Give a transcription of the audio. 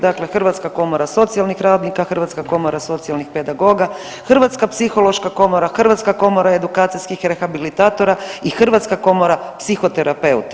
Dakle, Hrvatska komora socijalnih radnika, Hrvatska komora socijalnih pedagoga, Hrvatska psihološka komora, Hrvatska komora edukacijskih rehabilitatora i Hrvatska komora psihoterapeuta.